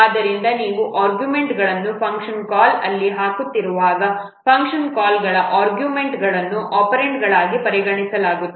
ಆದ್ದರಿಂದ ನೀವು ಆರ್ಗ್ಯುಮೆಂಟ್ಗಳನ್ನು ಫಂಕ್ಷನ್ ಕಾಲ್ ಅಲ್ಲಿ ಹಾಕುತ್ತಿರುವಾಗ ಫಂಕ್ಷನ್ ಕಾಲ್ಗಳ ಆರ್ಗ್ಯುಮೆಂಟ್ಗಳನ್ನು ಒಪೆರಾಂಡ್ಗಳಾಗಿ ಪರಿಗಣಿಸಲಾಗುತ್ತದೆ